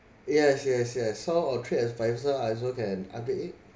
yes yes yes so on tripadvisor I also can update it